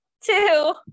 two